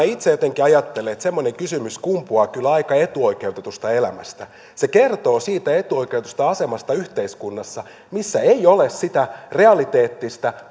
itse jotenkin ajattelen että semmoinen kysymys kumpuaa kyllä aika etuoikeutetusta elämästä se kertoo siitä etuoikeutetusta asemasta yhteiskunnassa missä ei ole sitä realiteettista